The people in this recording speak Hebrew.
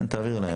כן, תעביר להם.